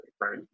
right